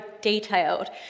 detailed